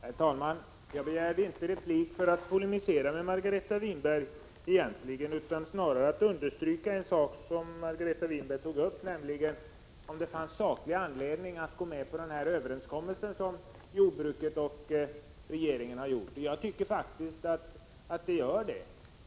Herr talman! Jag begärde inte replik för att polemisera med Margareta Winberg, utan snarare för att understryka det hon tog upp om huruvida det fanns saklig anledning att gå med på uppgörelsen mellan jordbruket och regeringen. Jag tycker faktiskt att det gör det.